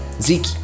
Zeke